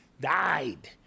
died